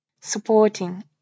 Supporting